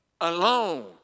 alone